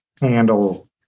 handle